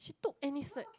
she took and it's like